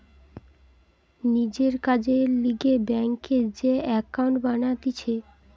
নিজের কাজের লিগে ব্যাংকে যে একাউন্ট বানাতিছে